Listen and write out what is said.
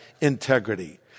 integrity